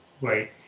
Right